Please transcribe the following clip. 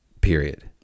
period